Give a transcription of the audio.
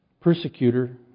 persecutor